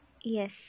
Yes